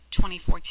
2014